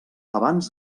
abans